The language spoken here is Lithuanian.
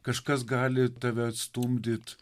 kažkas gali tave stumdyt